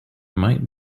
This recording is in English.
might